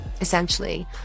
essentially